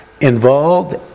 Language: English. involved